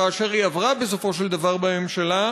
וכאשר היא עברה בסופו של דבר בממשלה,